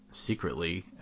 secretly